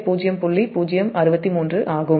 063 ஆகும்